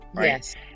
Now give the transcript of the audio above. Yes